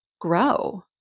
grow